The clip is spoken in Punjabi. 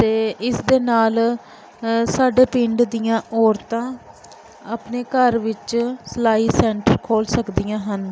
ਅਤੇ ਇਸ ਦੇ ਨਾਲ ਸਾਡੇ ਪਿੰਡ ਦੀਆਂ ਔਰਤਾਂ ਆਪਣੇ ਘਰ ਵਿੱਚ ਸਿਲਾਈ ਸੈਂਟਰ ਖੋਲ੍ਹ ਸਕਦੀਆਂ ਹਨ